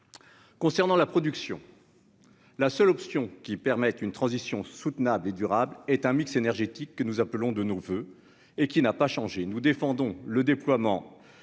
concernant la production, la seule option qui permette une transition soutenable et durable est un mix énergétique que nous appelons de nos voeux et qui n'a pas changé : nous défendons le déploiement